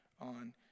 on